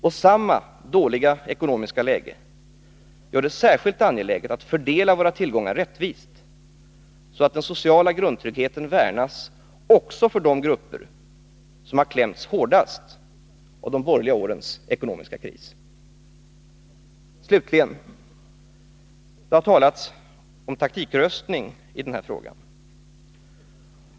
Och samma dåliga ekonomiska läge gör det särskilt angeläget att fördela våra tillgångar rättvist, så att den sociala grundtryggheten värnas också för de grupper som har klämts hårdast av de borgerliga årens ekonomiska kris. Slutligen: Det har talats om taktikröstning i den här frågan.